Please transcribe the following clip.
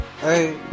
hey